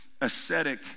ascetic